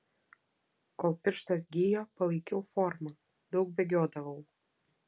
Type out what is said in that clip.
kol pirštas gijo palaikiau formą daug bėgiodavau